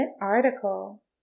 article